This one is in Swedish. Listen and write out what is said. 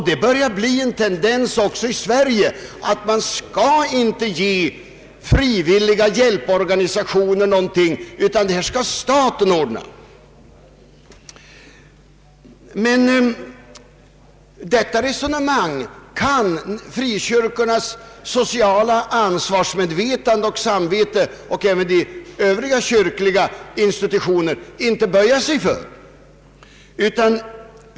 Det börjar bli en tendens också i Sverige att man inte skall ge frivilliga hjälporganisationer någonting, ty det är en statlig angelägenhet att lösa sociala problem. Men detta resonemang kan frikyrkornas sociala ansvarsmedvetande och samvete liksom de övriga kyrkliga institutionerna inte böja sig för.